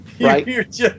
Right